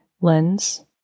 lens